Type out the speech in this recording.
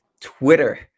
twitter